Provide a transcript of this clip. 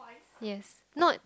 yes not